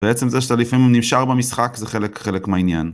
בעצם זה שאתה לפעמים נשאר במשחק זה חלק מהעניין